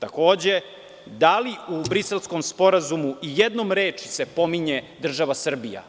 Takođe, da li u Briselskom sporazumu se ijednom rečju pominje država Srbija,